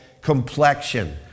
complexion